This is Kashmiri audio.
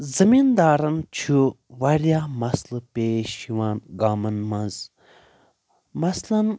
زٔمیٖندارن چھُ واریاہ مسلہٕ پیش یوان گامَن منٛز مثلن